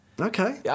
Okay